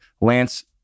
Lance